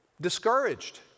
discouraged